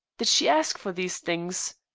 did she ask for these things?